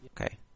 Okay